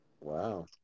Wow